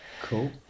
Cool